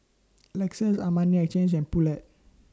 Lexus Armani Exchange and Poulet